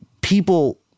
people